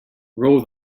roll